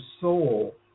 soul